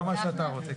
לא מה שאתה רוצה.